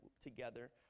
together